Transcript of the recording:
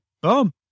boom